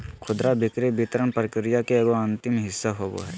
खुदरा बिक्री वितरण प्रक्रिया के एगो अंतिम हिस्सा होबो हइ